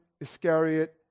Iscariot